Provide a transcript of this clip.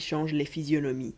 change les physionomies